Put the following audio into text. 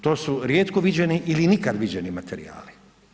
To su rijetko viđeni ili nikad viđeni materijali.